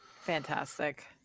fantastic